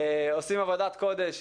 עושים עבודת קודש,